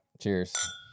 Cheers